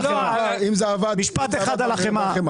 משפט אחד על החמאה.